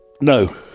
No